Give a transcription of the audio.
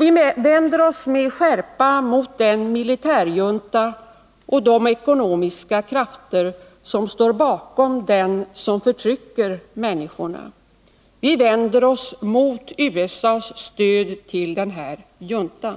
Vi vänder oss med skärpa mot den militärjunta och de ekonomiska krafter som står bakom den, som förtrycker människorna. Vi vänder oss mot USA:s stöd till denna junta.